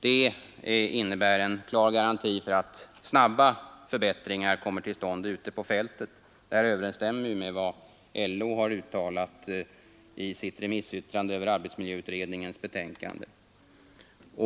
Det innebär en klar garanti för att snabba förbättringar kommer till stånd ute på fältet. Detta överensstämmer med vad LO uttalat i sitt remissyttrande över arbetsmiljöutredningens betänkande.